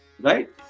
Right